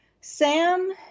sam